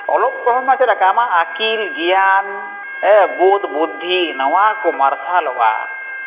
ᱚᱞᱚᱜ ᱯᱚᱲᱦᱚᱱ ᱢᱟᱱᱮ ᱪᱮᱫ ᱞᱮᱠᱟ ᱟᱢᱟᱜ ᱟᱹᱠᱤᱞ ᱜᱮᱭᱟᱱ ᱵᱳᱫᱷ ᱵᱩᱫᱽᱫᱷᱤ ᱱᱚᱣᱟᱠᱚ ᱢᱟᱨᱥᱟᱞᱚᱜᱼᱟ